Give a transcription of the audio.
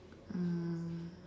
mm